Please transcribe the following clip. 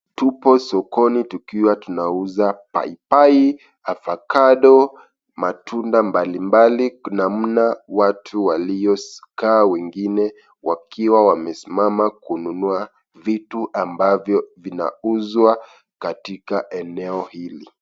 Tupo sokoni tukiwa tunauza paipai, avakado, matunda mbalimbali namna watu walioskaa wengine wakiwa wamesimama kununua vitu ambavyo vinauzwa katika eneo hili.